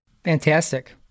fantastic